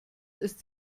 ist